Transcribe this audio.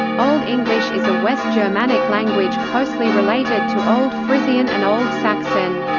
old english is a west germanic language closely related to old frisian and old saxon.